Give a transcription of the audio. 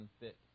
unfit